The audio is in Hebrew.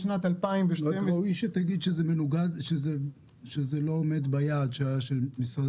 רק ראוי שתגיד שזה לא עומד ביעד של משרד